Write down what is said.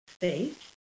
faith